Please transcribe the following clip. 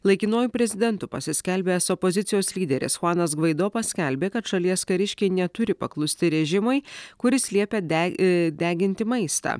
laikinuoju prezidentu pasiskelbęs opozicijos lyderis chuanas gvaido paskelbė kad šalies kariškiai neturi paklusti režimui kuris liepia deg deginti maistą